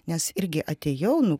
nes irgi atėjau nu